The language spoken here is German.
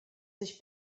sich